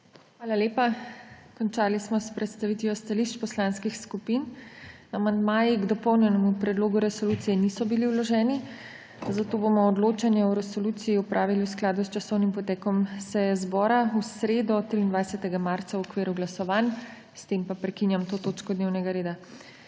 Hvala lepa. Končali smo s predstavitvijo stališč poslanskih skupin. Amandmaji k dopolnjenemu predlogu resolucije niso bili vloženi, zato bomo odločanje o resoluciji opravili v skladu s časovnim potekom seje zbora v sredo, 23. marca, v okviru glasovanj. S tem prekinjam to točko dnevnega reda.